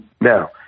Now